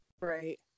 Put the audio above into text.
Right